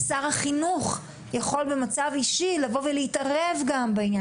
שר החינוך יכול במצב אישי לבוא ולהתערב בעניין.